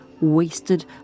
wasted